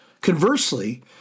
Conversely